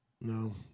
No